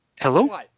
hello